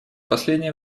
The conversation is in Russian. последнее